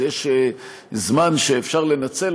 אז יש זמן שאפשר לנצל.